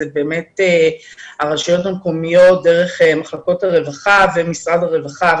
אלה הרשויות המקומיות דרך מחלקות הרווחה ומשרד הרווחה,